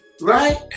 Right